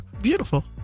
Beautiful